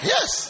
Yes